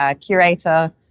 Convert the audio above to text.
curator